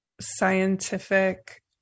scientific